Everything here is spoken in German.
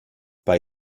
bei